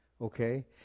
okay